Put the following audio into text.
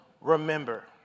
remember